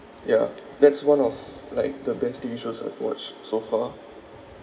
ya that's one of like the best T_V shows I've watched so far